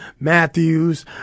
Matthews